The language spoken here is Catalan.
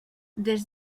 des